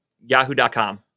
yahoo.com